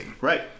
Right